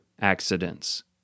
accidents